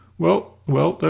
well, well,